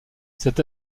cet